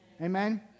Amen